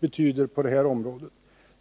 betyder på det här området.